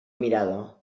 mirada